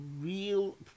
real